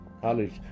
college